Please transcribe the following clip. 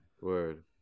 Word